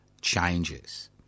changes